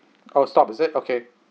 oh stop is it okay